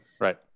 Right